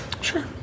Sure